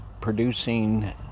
producing